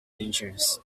dangerous